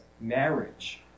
marriage